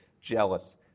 jealous